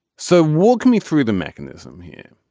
so walk me through the mechanism here.